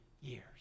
years